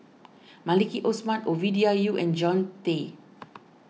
Maliki Osman Ovidia Yu and Jean Tay